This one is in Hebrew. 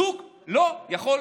זוג לא יכול להתחתן,